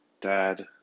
dad